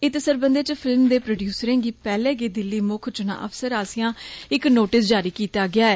इस सरबन्धे च फिल्म दे प्रोडयूसरें गी पैहले गे दिल्ली मुक्ख चुना अफसर आस्सेआ इक नोटिस जारी किता गेआ ऐ